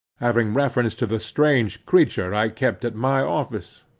having reference to the strange creature i kept at my office.